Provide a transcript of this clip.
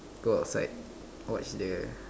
go outside watch the